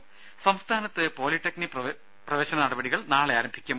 ദരര സംസ്ഥാനത്ത് പോളിടെക്നിക്ക് പ്രവേശനനടപടികൾ നാളെ ആരംഭിക്കും